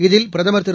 இதில் பிரதமர் திரு